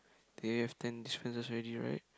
they have ten choices already right